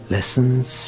Lessons